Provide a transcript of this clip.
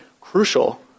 crucial